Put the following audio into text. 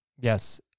Yes